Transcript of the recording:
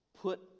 put